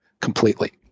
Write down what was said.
completely